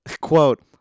quote